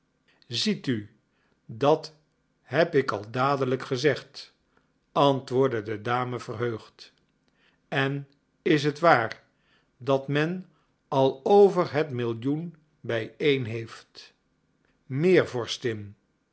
ziet u dat heb ik al dadelijk gezegd antwoordde de dame verheugd en is het waar dat men al over het millioen bijeen heeft meer